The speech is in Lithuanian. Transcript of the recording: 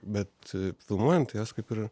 bet filmuojant jas kaip ir